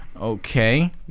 Okay